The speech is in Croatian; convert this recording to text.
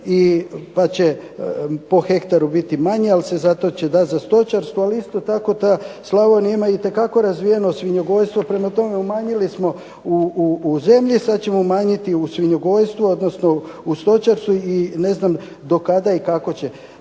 pa će po hektaru biti manje ali zato će se dati za stočarstvo, ali isto tako Slavonija ima itekako razvijeno svinjogojstvo. Prema tome umanjili smo u zemlji, sada ćemo umanjiti u svinjogojstvu odnosno u stočarstvu i ne znam do kada i kako će.